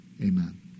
Amen